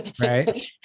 right